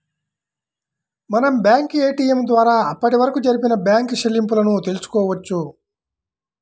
మనం bank ATM ద్వారా అప్పటివరకు జరిపిన బ్యేంకు చెల్లింపులను తెల్సుకోవచ్చు